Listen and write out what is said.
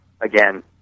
again